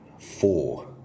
four